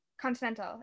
continental